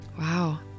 Wow